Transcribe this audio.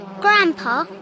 Grandpa